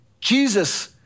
Jesus